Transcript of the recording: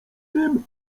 tym